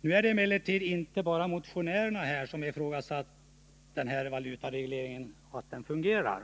Nu är det emellertid inte bara motionärerna som har ifrågasatt om denna valutareglering fungerar.